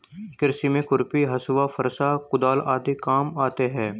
कृषि में खुरपी, हँसुआ, फरसा, कुदाल आदि काम आते है